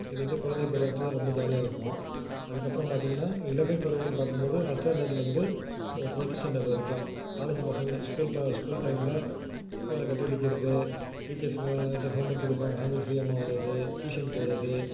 இது வந்து குழந்தைப் பருவத்தில் ரொம்ப ஜாலியாக இருக்கும் அதுக்கப்புறம் பார்த்திங்கன்னா இளமைப்பருவம்னு பார்க்கும் போது ஃபஸ்ட் ஸ்டாண்டர்ட்லேர்ந்து ஒரு டுவெல்த்து ஸ்டாண்டர்டு வரைக்கும் காலேஜ் பசங்ள் ஸ்கூல் ப ஸ்கூல் டைம்ல ஸ்கூலை கட் அடிக்கிறது டீச்சர்ஸ்ங்க வந்து ஹோம்ஒர்க் கொடுப்பாங்க ஹோம்ஒர்க் செய்யாமல் வரது டியூஷன் போகிறது